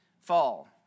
Fall